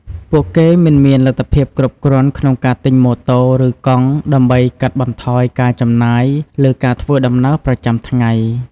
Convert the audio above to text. ពួកគេមិនមានលទ្ធភាពគ្រប់គ្រាន់ក្នុងការទិញម៉ូតូ ឬកង់ដើម្បីកាត់បន្ថយការចំណាយលើការធ្វើដំណើរប្រចាំថ្ងៃ។